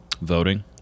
voting